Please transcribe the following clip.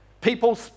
people